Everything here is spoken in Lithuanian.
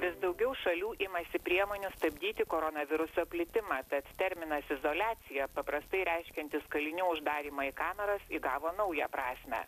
vis daugiau šalių imasi priemonių stabdyti koronaviruso plitimą tad terminas izoliacija paprastai reiškiantis kalinių uždarymą į kameras įgavo naują prasmę